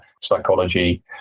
psychology